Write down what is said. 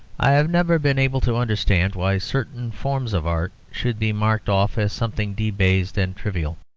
i have never been able to understand why certain forms of art should be marked off as something debased and trivial.